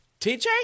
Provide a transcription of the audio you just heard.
TJ